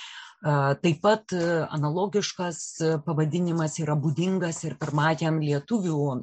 taip pat analogiškas pavadinimas yra būdingas ir pirmajam lietuvių